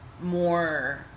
more